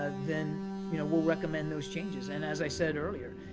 ah then you know we'll recommend those changes. and as i said earlier,